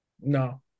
No